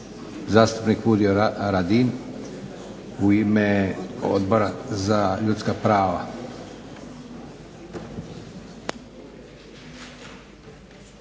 zastupnik Furio Radin u ime Odbora za ljudska prava.